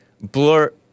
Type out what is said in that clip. blur